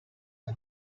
did